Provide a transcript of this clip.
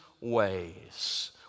ways